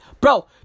Bro